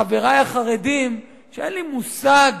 חברי החרדים, שאין לי מושג